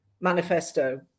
manifesto